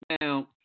Now